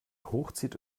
hochzieht